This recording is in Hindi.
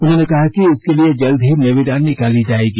उन्होंने कहा कि इसके लिए जल्द ही निविदा निकाली जाएगी